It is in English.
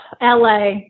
LA